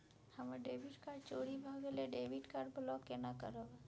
हमर debit card चोरी भगेलै डेबिट कार्ड ब्लॉक केना करब?